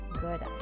Good